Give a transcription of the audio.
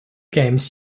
games